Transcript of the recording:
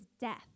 death